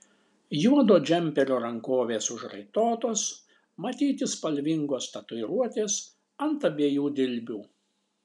juodo džemperio rankovės užraitotos matyti spalvingos tatuiruotės ant abiejų dilbių